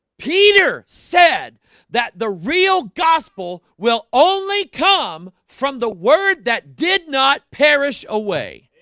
peter said that the real gospel will only come from the word that did not perish away